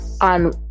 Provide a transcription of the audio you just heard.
on